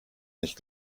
nicht